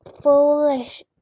foolish